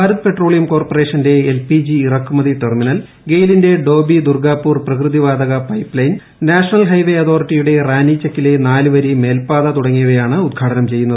Bharat petroleum കോർപ്പറേഷന്റെ LPG ഇറക്കുമതി terminal ഗെയ്ലിന്റെ ഡോബി ദുർഗാപൂർ പ്രകൃതി വാതക പൈപ്പ് ലൈൻ നാഷണൽ ഹൈവേ അതോറിറ്റിയുടെ റാനിചക്കിലെ നാലുവരി മേൽപ്പാത തുടങ്ങിയവയാണ് ഉദ്ഘാടനം ചെയ്യുന്നത്